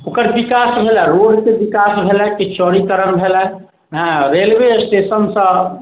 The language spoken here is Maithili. ओकर विकास भेला रोडके विकास भेला चौड़ीकरण भेलै हँ रेलवे स्टेशनसँ